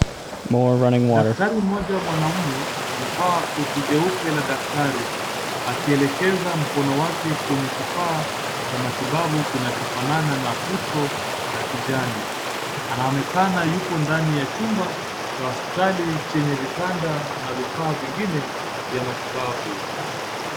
Dakitari mmoja mwanaume amevaa koti jeupe la daktari. Akielekeza mkono wake kwenye kifaa cha matibabu chenye kinafana na puto ya kijani. Anaonekana yuko ndani ya chumba cha hospitali chenye vitanda na vifaa vingine vya matibabu.